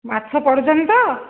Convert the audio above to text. ମାଛ ପଡ଼ୁଛନ୍ତି ତ